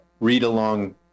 read-along